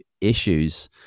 issues